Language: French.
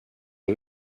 eux